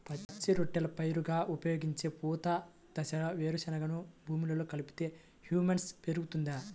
పచ్చి రొట్టెల పైరుగా ఉపయోగించే పూత దశలో వేరుశెనగను భూమిలో కలిపితే హ్యూమస్ పెరుగుతుందా?